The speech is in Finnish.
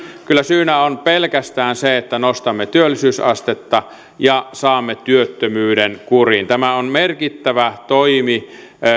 kyllä syynä on pelkästään se että nostamme työllisyysastetta ja saamme työttömyyden kuriin tämä on merkittävä toimi